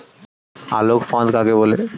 আলোক ফাঁদ কাকে বলে?